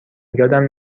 یادم